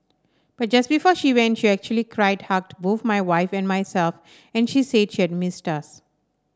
but just before she went she actually cried hugged both my wife and myself and she said she'd missed us